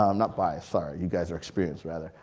um not biased, sorry, you guys are experienced rather,